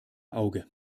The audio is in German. auge